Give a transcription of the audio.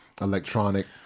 electronic